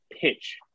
pitch